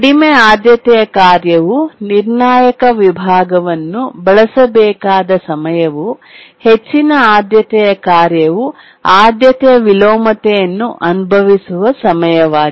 ಕಡಿಮೆ ಆದ್ಯತೆಯ ಕಾರ್ಯವು ನಿರ್ಣಾಯಕ ವಿಭಾಗವನ್ನು ಬಳಸಬೇಕಾದ ಸಮಯವು ಹೆಚ್ಚಿನ ಆದ್ಯತೆಯ ಕಾರ್ಯವು ಆದ್ಯತೆಯ ವಿಲೋಮತೆಯನ್ನು ಅನುಭವಿಸುವ ಸಮಯವಾಗಿದೆ